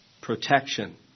protection